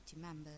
members